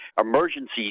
emergency